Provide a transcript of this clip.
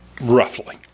roughly